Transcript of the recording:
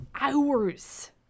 hours